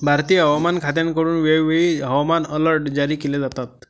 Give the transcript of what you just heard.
भारतीय हवामान खात्याकडून वेळोवेळी हवामान अलर्ट जारी केले जातात